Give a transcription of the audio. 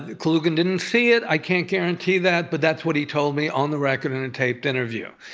kalugin didn't see it. i can't guarantee that, but that's what he told me on the record in a taped interview.